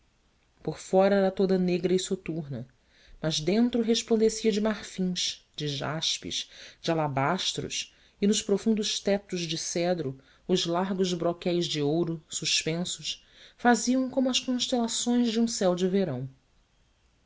por fora era toda negra e soturna mas dentro resplandecia de marfins de jaspes de alabastros e nos profundos tetos de cedro os largos broquéis de ouro suspensos faziam como as constelações de um céu de verão